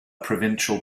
provincial